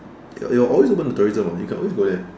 it it will always open to tourism [what] you can always go there